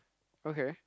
okay